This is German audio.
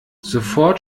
sofort